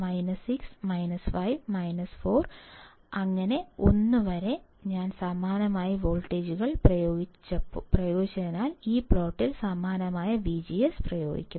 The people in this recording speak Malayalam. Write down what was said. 6 5 4 മുതൽ 1 വരെ ഞാൻ സമാനമായ വോൾട്ടേജുകൾ പ്രയോഗിച്ചതിനാൽ ഈ പ്ലോട്ടിൽ സമാനമായ വിജിഎസ് പ്രയോഗിച്ചു